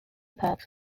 parks